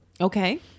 Okay